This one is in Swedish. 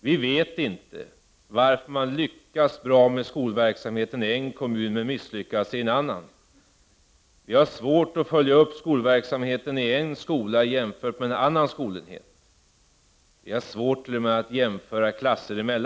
Vi vet inte varför man lyckas bra med skolverksamheten i en kommun och misslyckas i en annan. Vi har svårt att följa upp skolverksamheten i en skola jämfört med en annan skolenhet. Vi har t.o.m. svårt att jämföra klasser.